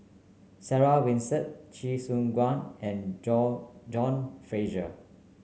Sarah Winstedt Chee Soon and John John Fraser